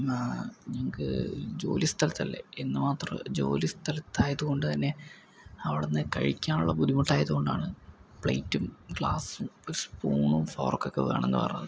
നമുക്ക് ജോലിസ്ഥലത്തല്ലേ എന്ന് മാത്രം അല്ല ജോലിസ്ഥലത്തായത് കൊണ്ട് തന്നെ അവിട്ന്ന് കഴിക്കാനുള്ള ബുദ്ധിമുട്ടായത് കൊണ്ടാണ് പ്ലേറ്റും ഗ്ലാസും സ്പൂണും ഫോർക്കെക്കെ വേണമെന്ന് പറഞ്ഞത്